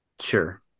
Sure